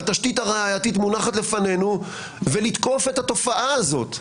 התשתית הראייתית מונחת לפנינו ולתקוף את התופעה הזאת?